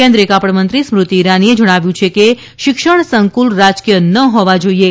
કેન્દ્રિય કાપડમંત્રી સ્મૃતિ ઇરાનીએ જણાવ્યું છે કે શિક્ષણ સંકુલ રાજકીય ન હોવાં જોઇએ